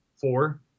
four